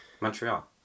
Montreal